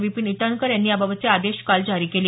विपीन इटनकर यांनी याबातचे आदेश काल जारी केले